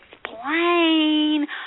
explain